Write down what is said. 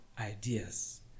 ideas